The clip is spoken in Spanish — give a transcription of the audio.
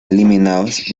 eliminados